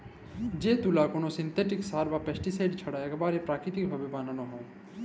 যে তুলা কল সিল্থেটিক সার বা পেস্টিসাইড ছাড়া ইকবারে পাকিতিক ভাবে বালাল হ্যয়